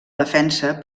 defensa